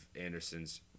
Anderson's